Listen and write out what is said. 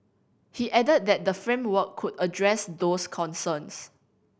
he added that the framework could address those concerns